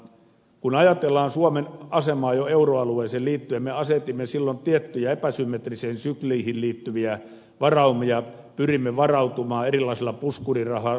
kun ajatellaan suomen asemaa jo euroalueeseen liittyessä me asetimme silloin tiettyjä epäsymmetrisiin sykleihin liittyviä varaumia pyrimme varautumaan erilaisilla puskurirahoilla